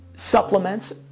supplements